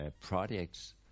projects